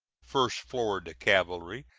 first florida cavalry,